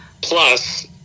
Plus